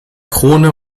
krone